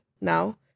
now